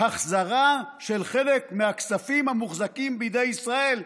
"החזרה של חלק מהכספים המוחזקים בידי ישראל",